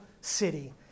city